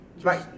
Right